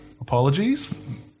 Apologies